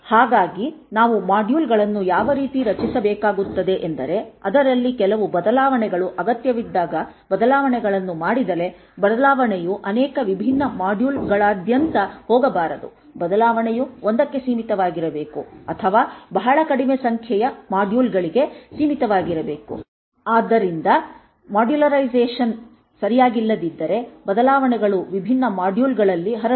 ಹಾಗಾಗಿ ನಾವು ಮಾಡ್ಯೂಲ್ಗಳನ್ನು ಯಾವ ರೀತಿ ರಚಿಸಬೇಕಾಗುತ್ತದೆ ಎಂದರೆ ಅದರಲ್ಲಿ ಕೆಲವು ಬದಲಾವಣೆಗಳು ಅಗತ್ಯವಿದ್ದಾಗ ಬದಲಾವಣೆಗಳನ್ನು ಮಾಡಿದರೆ ಬದಲಾವಣೆಯು ಅನೇಕ ವಿಭಿನ್ನ ಮಾಡ್ಯೂಲ್ಗಳಾದ್ಯಂತ ಹೋಗಬಾರದು ಬದಲಾವಣೆಯು ಒಂದಕ್ಕೆ ಸೀಮಿತವಾಗಿರಬೇಕು ಅಥವಾ ಬಹಳ ಕಡಿಮೆ ಸಂಖ್ಯೆಯ ಮಾಡ್ಯೂಲ್ಗಳಿಗೆ ಸೀಮಿತವಾಗಿರಬೇಕು ಆದ್ದರಿಂದ ಮಾಡ್ಯುಲರೈಸೇಶನ್ ಸರಿಯಾಗಿಲ್ಲದಿದ್ದರೆ ಬದಲಾವಣೆಗಳು ವಿಭಿನ್ನ ಮಾಡ್ಯೂಲ್ಗಳಲ್ಲಿ ಹರಡುತ್ತವೆ